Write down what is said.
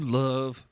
love